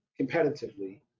competitively